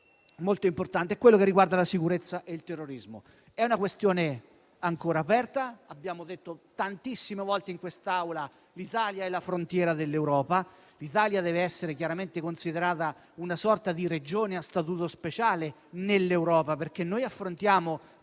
punto importante che vorrei toccare riguarda la sicurezza e il terrorismo. È una questione ancora aperta. Abbiamo detto tantissime volte in quest'Aula che l'Italia è la frontiera dell'Europa; l'Italia deve essere chiaramente considerata una sorta di regione a statuto speciale in Europa, perché noi affrontiamo